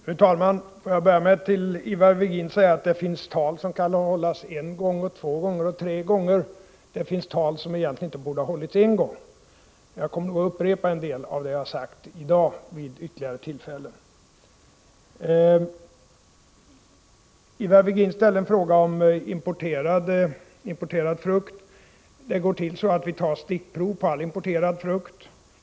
Fru talman! Får jag börja med att till Ivar Virgin säga att det finns tal som kan hållas en gång, två gånger och tre gånger, och det finns tal som egentligen inte borde ha hållits en gång. Jag kommer nog att upprepa en del av det jag sagt i dag vid ytterligare tillfällen. Ivar Virgin ställde en fråga om importerad frukt. Det går till så, att vi tar stickprov på all importerad frukt.